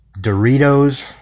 Doritos